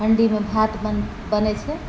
हण्डी मे भात बनै छै